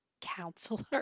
counselor